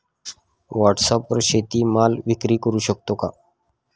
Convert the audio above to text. व्हॉटसॲपवर शेती माल विक्री करु शकतो का?